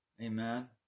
Amen